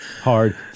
hard